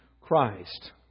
Christ